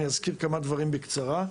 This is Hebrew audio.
אני אזכיר כמה דברים בקצרה.